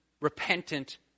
repentant